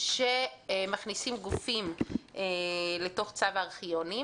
שמכניסים גופים לתוך צו הארכיונים.